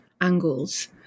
angles